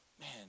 man